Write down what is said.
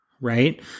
right